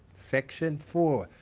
section four,